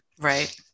Right